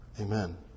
Amen